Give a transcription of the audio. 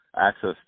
access